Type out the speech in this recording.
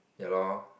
ya lor